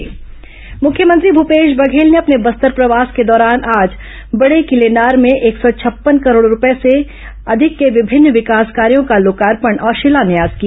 मुख्यमंत्री बस्तर मुख्यमंत्री भूपेश बघेल ने अपने बस्तर प्रवास के दौरान आज बड़ेकिलेनार में एक सौ छप्पन करोड़ रूपये के विभिन्न विकास कार्यों का लोकार्पण और शिलान्यास किया